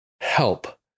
help